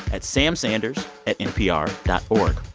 at samsanders at npr dot